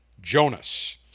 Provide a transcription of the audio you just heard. Jonas